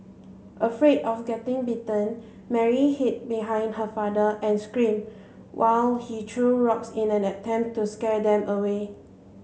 afraid of getting bitten Mary hid behind her father and screamed while he threw rocks in an attempt to scare them away